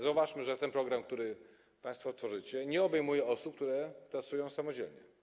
Zauważmy, że ten program, który państwo tworzycie, nie obejmuje osób, które pracują samodzielnie.